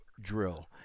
Drill